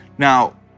Now